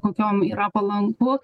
kokiom yra palanku